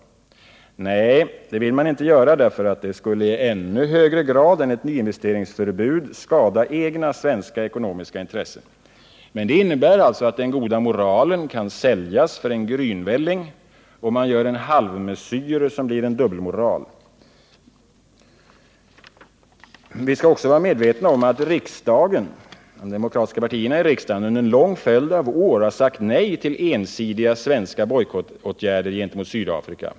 Nej, det vill man inte göra därför att det skulle i ännu högre grad än ett nyinvesteringsförbud skada egna svenska ekonomiska intressen. Det innebär att den goda moralen kan säljas för en grynvälling: man gör en halvmesyr som blir dubbelmoral. Vi skall också vara medvetna om att de demokratiska partierna i riksdagen under en följd av år sagt nej till ensidiga svenska bojkottåtgärder gentemot Sydafrika.